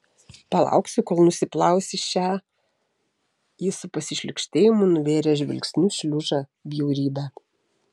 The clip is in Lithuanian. palauksiu kol nusiplausi šią jis su pasišlykštėjimu nuvėrė žvilgsniu šliužą bjaurybę